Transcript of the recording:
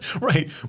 Right